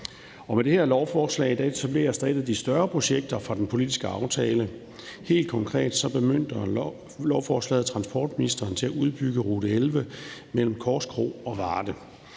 med det her lovforslag i dag etableres et af de større projekter fra den politiske aftale. Helt konkret bemyndiger lovforslaget transportministeren til at udbygge rute 11 mellem Korskro og Varde.